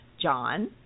John